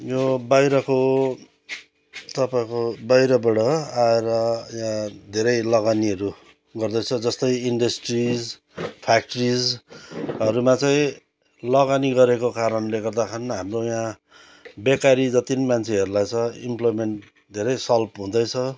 यो बाहिरको तपाईँको बाहिरबाट आएर यहाँ धेरै लगानीहरू गर्दैछ जस्तै इन्डस्ट्रिज फ्याक्ट्रिजहरूमा चाहिँ लगानी गरेको कारणले गर्दाखेरि हाम्रो यहाँ बेकारी जति पनि मान्छेहरूलाई छ इम्लोयमेन्ट धेरै सल्ब हुँदैछ